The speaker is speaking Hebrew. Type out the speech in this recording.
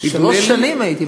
שלוש שנים הייתי.